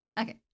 Okay